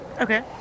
Okay